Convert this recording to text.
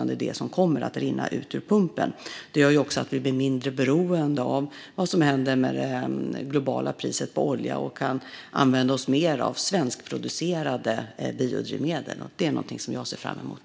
Det är det som kommer att rinna ut ur pumpen. Det gör också att vi blir mindre beroende av vad som händer med det globala priset på olja och kan använda oss mer av svenskproducerade biodrivmedel. Det är någonting som jag ser fram emot.